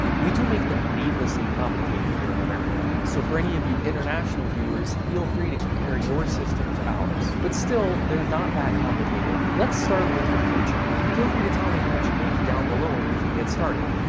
we do make them needlessly complicated here in america so for any of you international viewers, feel free to compare your system to ours but still, they're not that complicated. let's start with your paycheck. feel free to tell me how much you make down below and we can get started.